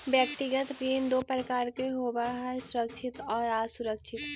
व्यक्तिगत ऋण दो प्रकार के होवऽ हइ सुरक्षित आउ असुरक्षित